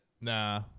nah